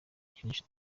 inshuti